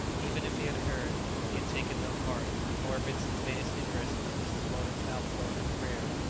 even if he had heard, he had taken no part, nor evinced the faintest interest in mrs. weldon's outpouring of prayer.